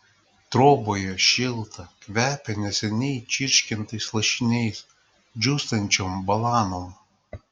troboje šilta kvepia neseniai čirškintais lašiniais džiūstančiom balanom